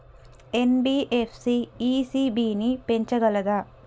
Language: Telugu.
ఎన్.బి.ఎఫ్.సి ఇ.సి.బి ని పెంచగలదా?